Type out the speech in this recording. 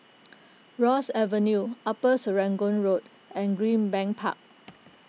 Ross Avenue Upper Serangoon Road and Greenbank Park